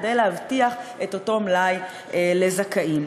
כדי להבטיח את אותו מלאי לזכאים.